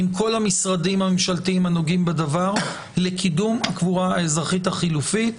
עם כל המשרדים הממשלתיים הנוגעים בדבר לקידום הקבורה האזרחית החלופית.